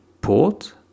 port